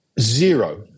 zero